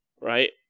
right